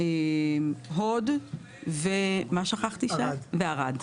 הוד וערד.